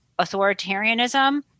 authoritarianism